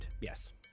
Yes